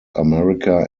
america